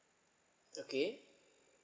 okay